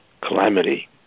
calamity